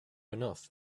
enough